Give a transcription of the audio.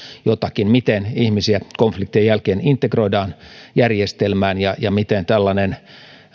jotakin siitä miten ihmisiä konfliktien jälkeen integroidaan järjestelmään ja ja miten tällainen